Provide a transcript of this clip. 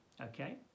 okay